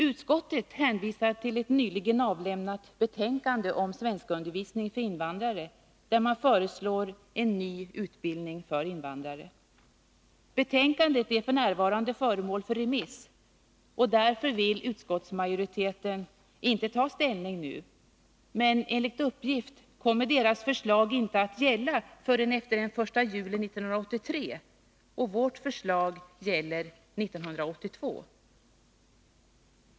Utskottet hänvisar till ett nyligen avlämnat betänkande om svenskundervisning för invandrare, där man föreslår en ny utbildning för invandrare. Betänkandet är f. n. föremål för remiss, och därför vill utskottsmajoriteten inte ta ställning nu. Men enligt uppgift kommer förslaget inte att gälla förrän efter den 1 juli 1983, och vårt förslag avser 1982.